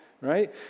right